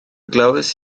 glywais